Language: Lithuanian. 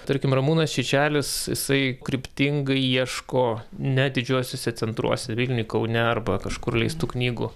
tarkim ramūnas čičelis jisai kryptingai ieško ne didžiuosiuose centruose vilniuje kaune arba kažkur leistų knygų